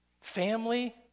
family